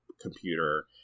computer